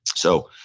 so,